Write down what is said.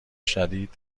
شدید